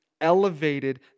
elevated